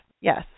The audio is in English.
yes